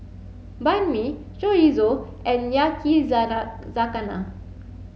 Banh Mi Chorizo and Yakizakana